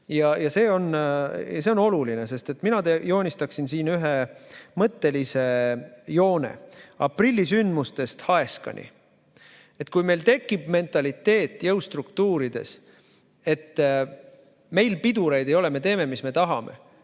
See on oluline, sest mina joonistaksin siin ühe mõttelise joone aprillisündmustest Haeskani. Kui jõustruktuurides tekib mentaliteet, et meil pidureid ei ole, me teeme, mis me tahame,